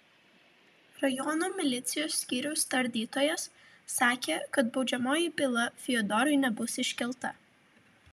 rajono milicijos skyriaus tardytojas sakė kad baudžiamoji byla fiodorui nebus iškelta